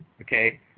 okay